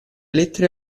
lettere